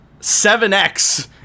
7x